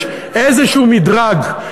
יש איזשהו מדרג,